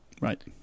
right